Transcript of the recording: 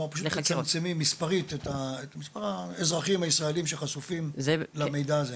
פשוט תצמצמי מספרית את מספר האזרחים הישראליים שחשופים למידע הזה.